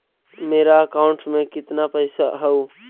मेरा अकाउंटस में कितना पैसा हउ?